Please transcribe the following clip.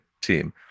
team